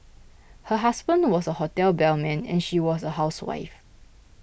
her husband was a hotel bellman and she was a housewife